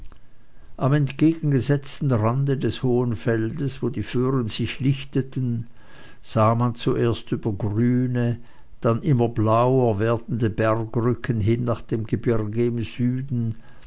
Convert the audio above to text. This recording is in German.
am entgegengesetzten rande des hohen feldes wo die föhren sich lichteten sah man über zuerst grüne dann immer blauer werdende bergrücken hin nach dem gebirge im süden